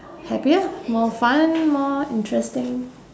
happier more fun more interesting